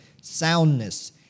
soundness